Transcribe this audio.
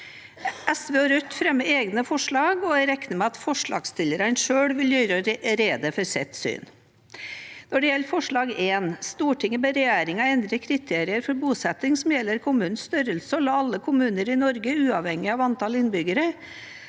SV og Rødt fremmer egne forslag, og jeg regner med at forslagsstillerne selv vil gjøre rede for sitt syn. Forslag nr. 1 lyder: «Stortinget ber regjeringen endre kriterier for bosetting som gjelder kommunenes størrelse, og la alle kommunene i Norge, uavhengig av antall innbyggere,